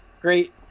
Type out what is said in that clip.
great